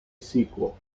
sequel